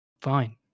fine